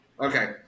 Okay